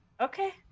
Okay